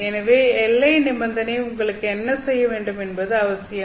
எனவே எல்லை நிபந்தனை உங்களுக்கு என்ன செய்ய வேண்டும் என்பது அவசியம்